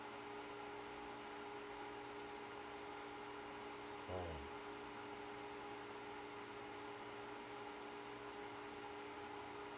mm